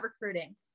recruiting